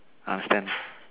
understand